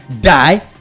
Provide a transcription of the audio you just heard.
die